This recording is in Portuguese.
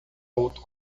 outro